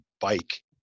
bike